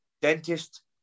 dentist